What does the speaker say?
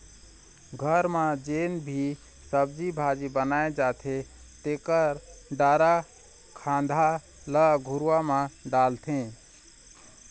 घर म जेन भी सब्जी भाजी बनाए जाथे तेखर डारा खांधा ल घुरूवा म डालथे